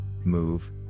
move